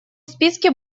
списке